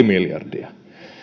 miljardia